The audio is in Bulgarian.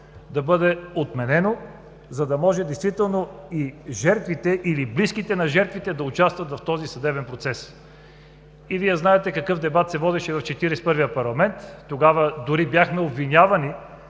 да бъде отменено, за да може жертвите или близките на жертвите, да участват в този съдебен процес. И Вие знаете какъв дебат се водеше в Четиридесет и първия парламент. Тогава дори бяхме обвинявани